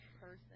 person